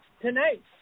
tonight